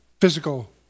physical